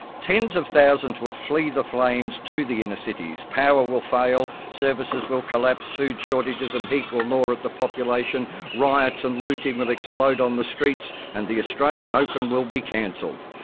tens of thousands will flee the flames to the inner cities. power will fail, services will collapse, food shortages and heat will gnaw at the population, riots and looting will explode on the streets, and the australian open will be cancelled.